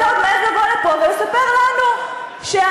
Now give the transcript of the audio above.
ואתה עוד מעז לבוא לפה ולספר לנו שאנחנו,